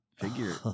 Figure